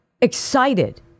excited